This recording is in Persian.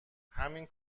همین